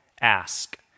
ask